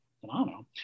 phenomenal